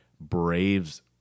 Braves